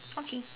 okay